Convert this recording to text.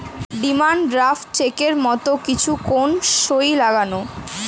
demand draft চেকের মত কিছু কোন সই লাগেনা